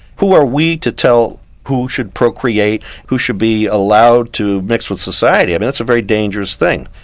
who are we to tell who should procreate, who should be allowed to mix with society i mean that's a very dangerous thing.